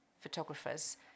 photographers